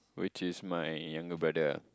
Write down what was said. which is my younger brother ah